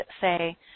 say